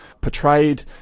portrayed